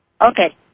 Okay